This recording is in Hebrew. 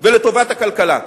ולטובת הכלכלה.